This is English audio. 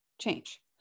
change